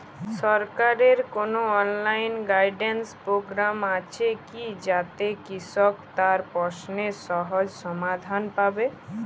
সরকারের কোনো online guidance programme আছে কি যাতে কৃষক তার প্রশ্নের সহজ সমাধান পাবে?